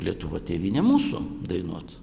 lietuva tėvyne mūsų dainuot